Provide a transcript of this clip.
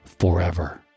forever